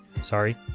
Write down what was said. sorry